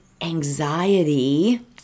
anxiety